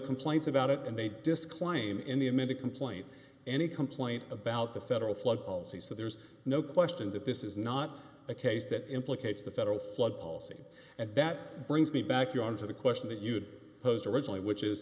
complaints about it and they disclaim any amended complaint any complaint about the federal flood policy so there's no question that this is not a case that implicates the federal flood policy and that brings me back you on to the question that you'd posed originally which is